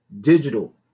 digital